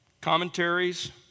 commentaries